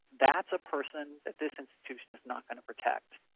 that's a person that this institution is not going to protect,